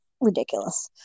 ridiculous